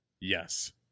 yes